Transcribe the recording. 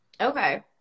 Okay